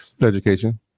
Education